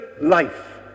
life